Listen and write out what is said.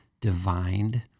divined—